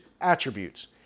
attributes